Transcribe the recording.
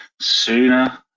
sooner